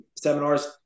seminars